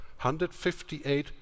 158